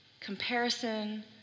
Comparison